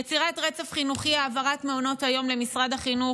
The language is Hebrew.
יצירת רצף חינוכי: העברת מעונות היום למשרד החינוך.